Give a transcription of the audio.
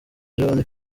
ejobundi